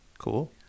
Cool